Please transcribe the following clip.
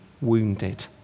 wounded